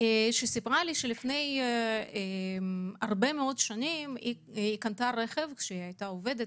שספרה שלפני הרבה שנים היא קנתה רכב, עוד כשעבדה